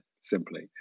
simply